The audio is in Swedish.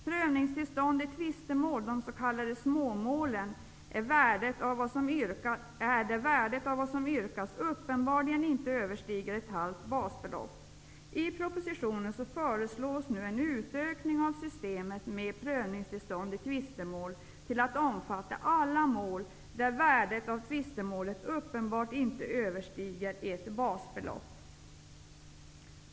Prövningstillstånd i tvistemål avser de s.k. småmålen, där värdet av vad som yrkas uppenbarligen inte överstiger ett halvt basbelopp. I propositionen föreslås nu en utökning av systemet med prövningstillstånd i tvistemål till att omfatta alla mål där värdet av tvistemålet uppenbart inte överstiger ett basbelopp.